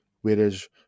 Whereas